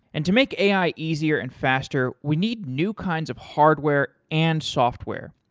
and to make ai easier and faster, we need new kinds of hardware and software,